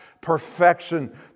perfection